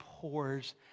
pours